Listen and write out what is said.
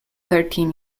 thirteen